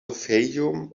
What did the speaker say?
fayoum